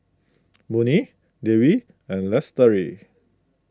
Murni Dewi and Lestari